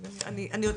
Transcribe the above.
איילת.